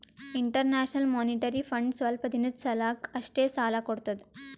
international Monetary Fund ಸ್ವಲ್ಪ್ ದಿನದ್ ಸಲಾಕ್ ಅಷ್ಟೇ ಸಾಲಾ ಕೊಡ್ತದ್